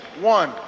one